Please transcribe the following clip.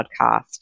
podcast